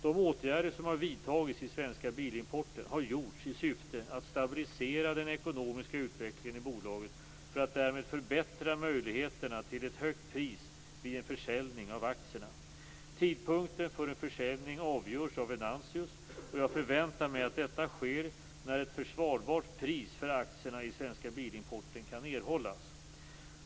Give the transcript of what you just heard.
De åtgärder som har vidtagits i Svenska Bilimporten har gjorts i syfte att stabilisera den ekonomiska utvecklingen i bolaget för att därmed förbättra möjligheterna till ett högt pris vid en försäljning av aktierna. Tidpunkten för en försäljning avgörs av Venantius, och jag förväntar mig att detta sker när ett försvarbart pris för aktierna i Svenska Bilimporten kan erhållas.